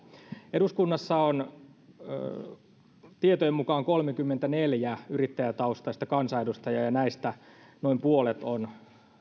eduskunnassa on tietojen mukaan kolmekymmentäneljä yrittäjätaustaista kansanedustajaa ja näistä noin puolet on